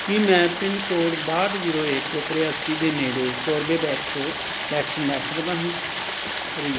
ਕੀ ਮੈਂ ਪਿੰਨਕੋਡ ਬਾਹਠ ਜ਼ੀਰੋ ਇੱਕ ਤ੍ਰਿਆਸੀ ਦੇ ਨੇੜੇ ਕੋਰਬੇਵੈਕਸ ਵੈਕਸੀਨ ਲੈ ਸਕਦਾ ਹਾਂ ਕਰੀ